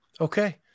okay